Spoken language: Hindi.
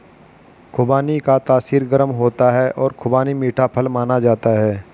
खुबानी का तासीर गर्म होता है और खुबानी मीठा फल माना जाता है